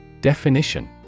Definition